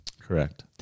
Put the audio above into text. correct